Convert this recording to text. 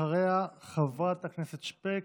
אחריה, חברת הכנסת שפֵּק.